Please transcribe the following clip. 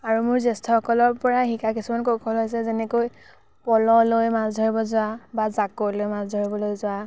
আৰু মোৰ জ্য়েষ্ঠসকলৰ পৰা শিকা কিছুমান কৌশল হৈছে যেনেকৈ প'ল লৈ মাছ ধৰিব যোৱা বা জাকৈ লৈ মাছ ধৰিবলৈ যোৱা